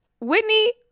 whitney